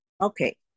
Okay